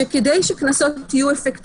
שזה כלי שעושים בו שימוש במדינות מסוימות עדיין